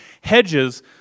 Hedges